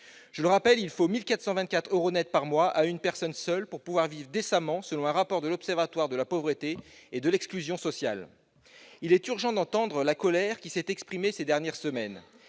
Je rappelle qu'il faut 1 424 euros nets par mois à une personne seule pour pouvoir vivre décemment, selon un rapport de l'Observatoire national de la pauvreté et de l'exclusion sociale. Il est urgent d'entendre la colère qui s'est exprimée ces dernières semaines,